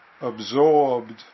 absorbed